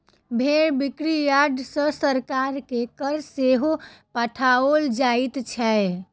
भेंड़ बिक्री यार्ड सॅ सरकार के कर सेहो पठाओल जाइत छै